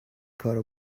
کارو